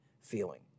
feeling